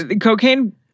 Cocaine